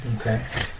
Okay